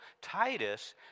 Titus